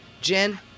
Jen